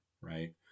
Right